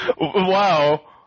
Wow